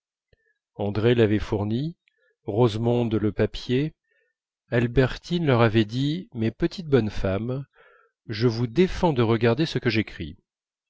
andrée l'avait fourni rosemonde le papier albertine leur avait dit mes petites bonnes femmes je vous défends de regarder ce que j'écris